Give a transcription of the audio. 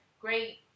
great